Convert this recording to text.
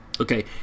Okay